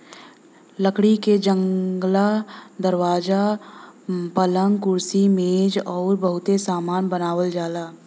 लकड़ी से जंगला, दरवाजा, पलंग, कुर्सी मेज अउरी बहुते सामान बनावल जाला